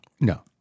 No